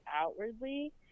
outwardly